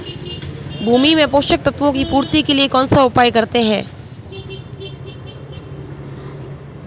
भूमि में पोषक तत्वों की पूर्ति के लिए कौनसा उपाय करते हैं?